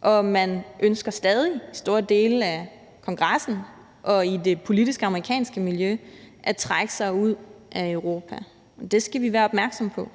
og man ønsker stadig i store dele af Kongressen og i det politiske amerikanske miljø at trække sig ud af Europa, og det skal vi være opmærksomme på.